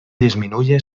disminuye